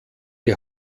die